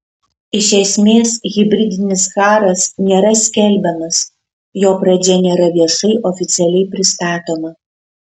iš esmės hibridinis karas nėra skelbiamas jo pradžia nėra viešai oficialiai pristatoma